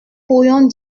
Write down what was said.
pourrions